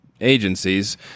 agencies